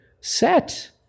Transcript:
set